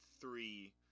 three